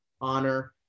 honor